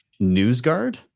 NewsGuard